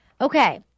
Okay